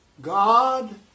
God